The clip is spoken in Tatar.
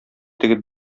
тегеп